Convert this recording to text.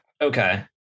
okay